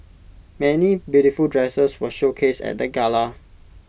many beautiful dresses were showcased at the gala